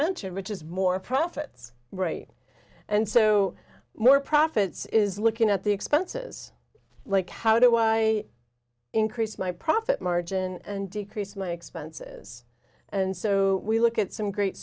mention which is more profits right and so more profits is looking at the expenses like how do i increase my profit margin and decrease my expenses and so we look at some great